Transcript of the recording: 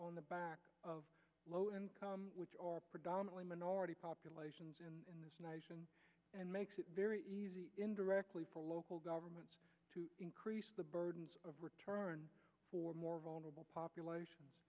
on the backs of low income which are predominantly minority populations in and makes it very easy indirectly for local governments to increase the burdens of return for more vulnerable populations